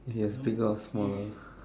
yes bigger or smaller